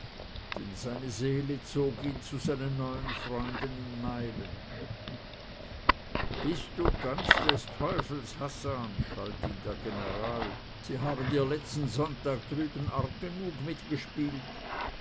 seine seele zog ihn zu seinen neuen freunden in meilen bist du ganz des teufels hassan schalt ihn der general sie haben dir letzten sonntag drüben arg genug mitgespielt